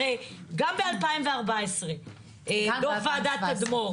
הרי גם ב-2014 דוח וועדת תדמור.